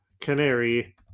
Canary